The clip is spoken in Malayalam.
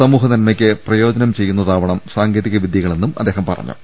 സമൂഹനന്മയ്ക്ക് പ്രയോജനം ചെയ്യുന്നതാവണം സാങ്കേതികവിദ്യകളെന്നും അദ്ദേഹം പറഞ്ഞു